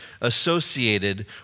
associated